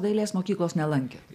dailės mokyklos nelankėt